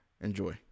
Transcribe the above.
Enjoy